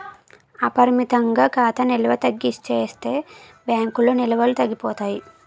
అపరిమితంగా ఖాతా నిల్వ తగ్గించేస్తే బ్యాంకుల్లో నిల్వలు తగ్గిపోతాయి